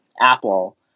Apple